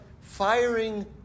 firing